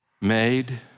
made